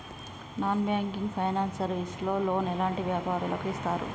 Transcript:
Non banking finance service లో loan ఎలాంటి వ్యాపారులకు ఇస్తరు?